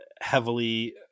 heavily